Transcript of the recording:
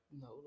No